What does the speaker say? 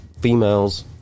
females